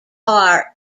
are